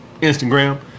Instagram